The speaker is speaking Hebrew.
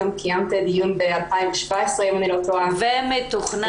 גם קיימת דיון ב-2017 אם אני לא טועה --- ומתוכנן